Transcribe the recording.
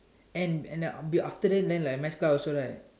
and and then after then like math class also right